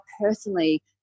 personally